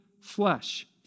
flesh